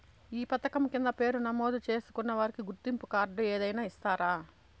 ఈ పథకం కింద పేరు నమోదు చేసుకున్న వారికి గుర్తింపు కార్డు ఏదైనా ఇస్తారా?